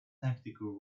tactical